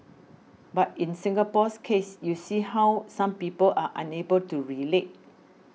but in Singapore's case you see how some people are unable to relate